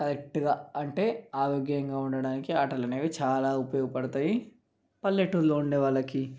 కరెక్ట్గా అంటే ఆరోగ్యంగా ఉండటానికి ఆటలు అనేవి చాలా ఉపయోగపడతాయి పల్లెటూరిలో ఉండేవాళ్ళకి